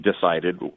decided